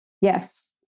Yes